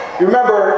Remember